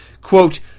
Quote